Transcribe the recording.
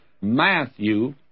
Matthew